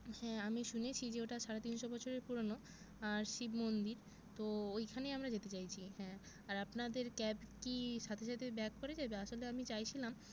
হ্যাঁ আমি শুনেছি যে ওটা সাড়ে তিনশো বছরের পুরোনো আর শিব মন্দির তো ওইখানে আমরা যেতে চাইছি হ্যাঁ আর আপনাদের ক্যাব কী সাথে সাথে ব্যাক করে যাবে আসলে আমি চাইছিলাম